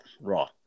Raw